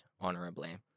honorably